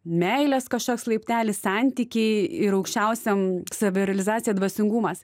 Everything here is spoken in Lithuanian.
meilės kažkoks laiptelis santykiai ir aukščiausiam savirealizacija dvasingumas